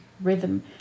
rhythm